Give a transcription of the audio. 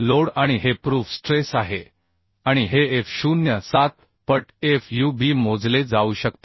load आणि हे proof stress आहे आणि हे f0 07 पट fub मोजले जाऊ शकते